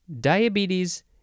diabetes